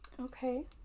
okay